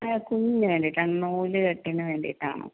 ആ കുഞ്ഞിന് വേണ്ടിയിട്ടാണ് നൂലുകെട്ടിനു വേണ്ടിയിട്ടാണ്